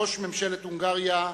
ראש ממשלת הונגריה,